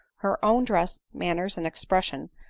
her own dress, manners, and expression,